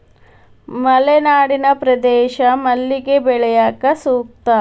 ಮಲೆನಾಡಿನ ಪ್ರದೇಶ ಮಲ್ಲಿಗೆ ಬೆಳ್ಯಾಕ ಸೂಕ್ತ